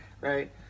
right